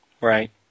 Right